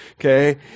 Okay